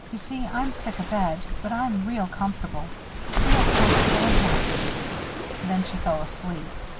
you see, i'm sick abed, but i'm real comfortable real comfortable and happy. then she fell asleep.